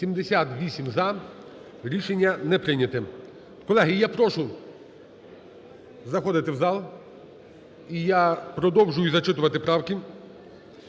За-78 Рішення не прийнято. Колеги, я прошу заходити в зал. І я продовжую зачитувати правки.